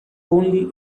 only